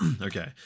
Okay